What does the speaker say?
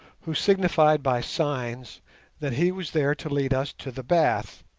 who signified by signs that he was there to lead us to the bath.